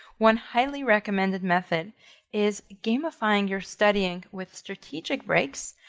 one highly recommended method is gamifying your studying with strategic breaks.